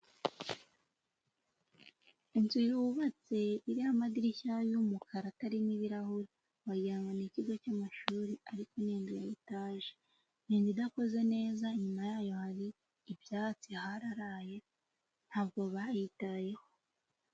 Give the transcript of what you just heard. Inzu yubatse iriho amadirishya y'umukara ataririmo ibirahuri, wagira ngo n'ikigo cy'amashuri. Ariko ni inzu ya etaje, ni inzu idakoze neza. Inyuma yayo hari ibyatsi hararaye ntabwo bayitayeho.